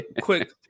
quick